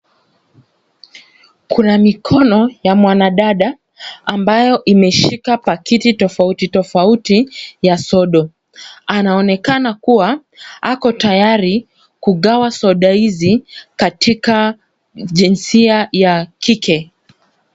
Kuna mikono ya mwanadada ambayo imeshika pakiti tofauti tofauti ya sodo. Anaoneana kuwa ako tayari kugawa sodo hizi katika jinsia ya kike.